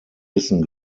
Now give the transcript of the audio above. wissen